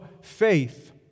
faith